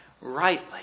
rightly